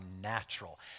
natural